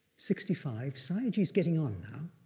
sixty five, sayagyi is getting on now,